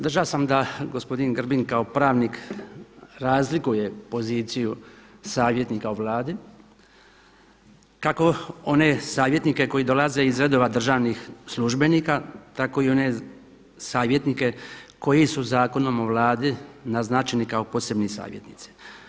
Držao sam da gospodin Grbin kao pravnik razlikuje poziciju savjetnika u Vladi, kako one savjetnike koji dolaze iz redova državnih službenika, tako i one savjetnike koji su Zakonom o Vladi naznačeni kao posebni savjetnici.